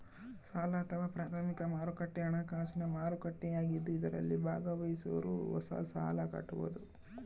ಸಾಲ ಅಥವಾ ಪ್ರಾಥಮಿಕ ಮಾರುಕಟ್ಟೆ ಹಣಕಾಸಿನ ಮಾರುಕಟ್ಟೆಯಾಗಿದ್ದು ಇದರಲ್ಲಿ ಭಾಗವಹಿಸೋರು ಹೊಸ ಸಾಲ ಕೊಡಬೋದು